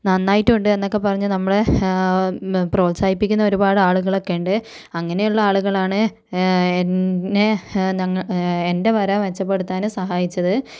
നന്നായിട്ടൊണ്ട് എന്നൊക്കെ പറഞ്ഞു നമ്മളെ പ്രോത്സാഹിപ്പിക്കുന്ന ഒരുപാട് ആളുകളൊക്കെ ഉണ്ട് അങ്ങനെയുള്ള ആളുകളാണ് എന്നെ ഞങ്ങ എൻ്റെ വര മെച്ചപ്പെടുത്താന് സഹായിച്ചത്